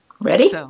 Ready